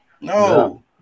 no